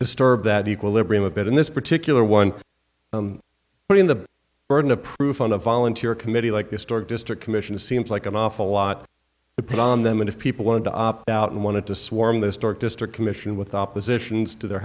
disturb that equilibrium a bit in this particular one putting the burden of proof on a volunteer committee like historic district commission seems like an awful lot to put on them and if people wanted to opt out and wanted to swarm this dark district commission with oppositions to their